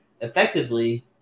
effectively